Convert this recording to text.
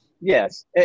Yes